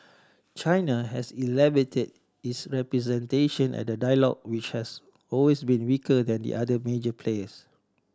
China has elevated its representation at the dialogue which has always been weaker than the other major players